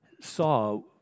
saw